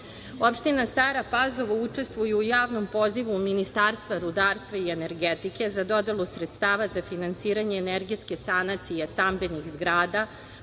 lica. Opština Stara Pazova učestvuje u Javnom pozivu Ministarstva rudarstva i energetike za dodelu sredstava za finansiranje energetske sanacije stambenih zgrada,